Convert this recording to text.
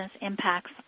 impacts